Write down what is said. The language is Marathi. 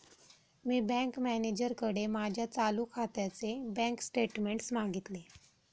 मी बँक मॅनेजरकडे माझ्या चालू खात्याचे बँक स्टेटमेंट्स मागितले